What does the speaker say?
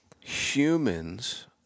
humans